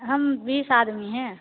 हम बीस आदमी हैं